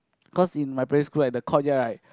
cause in my play school at the courtyard right